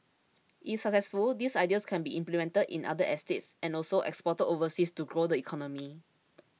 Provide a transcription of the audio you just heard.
if successful these ideas can be implemented in other estates and also exported overseas to grow the economy